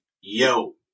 yo